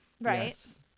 Right